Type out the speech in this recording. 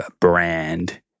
brand